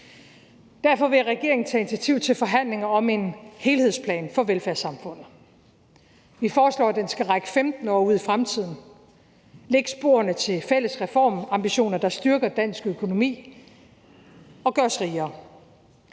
Derfor vil regeringen tage initiativ til forhandlinger om en helhedsplan for velfærdssamfundet. Vi foreslår, at den skal række 15 år ud i fremtiden; lægge sporene til fælles reformambitioner, der styrker dansk økonomi og gør os rigere.